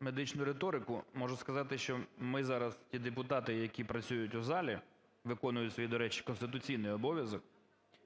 медичну риторику, можу сказати, що ми зараз, ті депутати, які працюють в залі, виконують, до речі, свій конституційний обов'язок